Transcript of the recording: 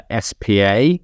SPA